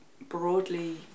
broadly